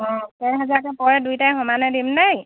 অঁ পৰে দুইটাই সমানে দিম নাই